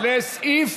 לסעיף,